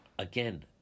Again